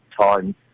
time